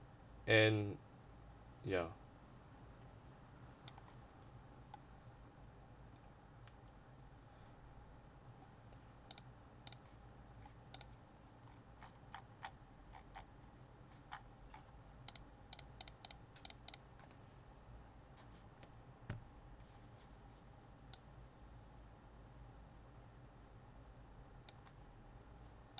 and ya